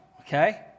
Okay